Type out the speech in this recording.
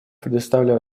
предоставляю